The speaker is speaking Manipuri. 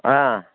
ꯑꯥ